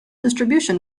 distribution